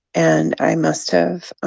and i must have